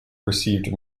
received